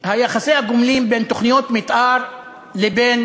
יחסי הגומלין בין תוכנית מתאר לבין